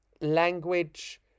language